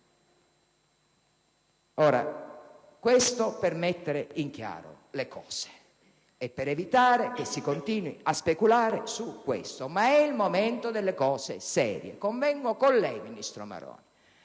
Dico questo per mettere in chiaro le cose e per evitare che si continui a speculare. Ma è giunto il momento delle cose serie: convengo con lei, ministro Maroni.